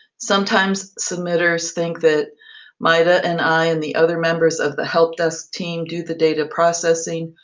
sometimes submitters think that majda and i and the other members of the help desk team do the data processing.